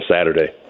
Saturday